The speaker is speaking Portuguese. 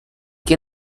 que